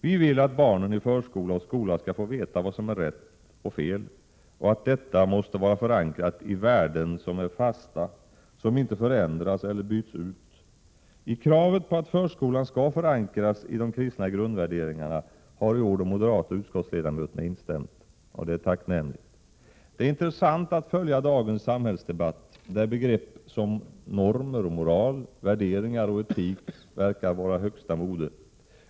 Vi vill att barnen i förskola och skola skall få veta vad som är rätt och fel, och detta måste vara förankrat i värden som är fasta, som inte förändras eller byts ut. I kravet på att förskolan skall förankras i de kristna grundvärderingarna har i år de moderata utskottsledamöterna instämt, och det är tacknämligt. Det är intressant att följa dagens samhällsdebatt, där begrepp som normer och moral, värderingar och etik verkar vara högsta mode.